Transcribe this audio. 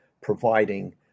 providing